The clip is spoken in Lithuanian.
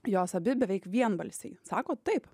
jos abi beveik vienbalsiai sako taip